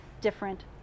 different